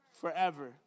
forever